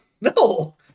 No